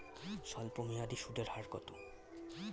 স্বল্পমেয়াদী সুদের হার কত?